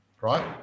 right